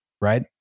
Right